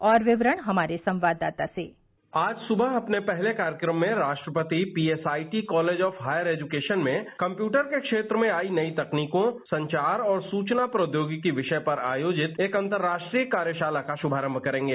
और विवरण हमारे संवाददाता से आज सुबह अपने पहले कार्यक्रम में राष्ट्रपति PSIT college of higher education में कम्प्यूटर के क्षेत्र में आई नयी तकनीकों संचार और सूचना प्रौद्योगिकी विषय पर आयोजित एक अंतर्राष्ट्रीय कार्यशाला का शुभारंभ करेगे